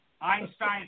Einstein